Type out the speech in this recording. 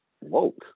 woke